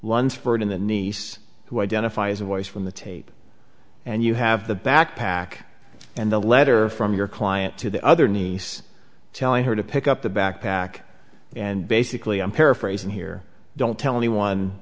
lunsford in the niece who identify as a voice from the tape and you have the backpack and the letter from your client to the other niece telling her to pick up the backpack and basically i'm paraphrasing here don't tell anyone